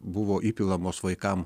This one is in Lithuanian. buvo įpilamos vaikam